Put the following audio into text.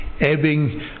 ebbing